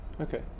okay